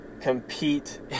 compete